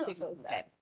Okay